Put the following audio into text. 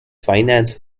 finance